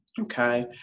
Okay